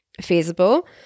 feasible